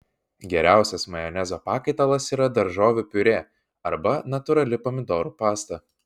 geriausias majonezo pakaitalas yra daržovių piurė arba natūrali pomidorų pasta